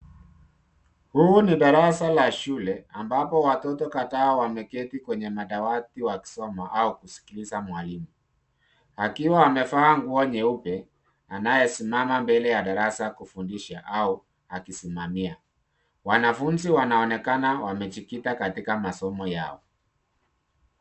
Huu ni darasa la shule ambapo watoto kadhaa wameketi kwenye madawati wakisoma au kuskiliza mwalimu akiwa amevaa nguo nyeupe anayesimama mbele ya darasa kufundisha au akisimamia, wanafunzi wanaonekana wamejikita katika masomo yao.